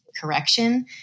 correction